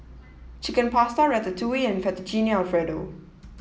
Chicken Pasta Ratatouille and Fettuccine Alfredo